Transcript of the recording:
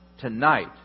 tonight